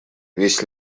весь